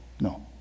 no